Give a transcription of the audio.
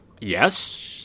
Yes